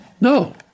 No